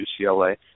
UCLA